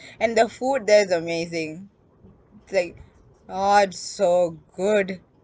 and the food there is amazing it's like oh so good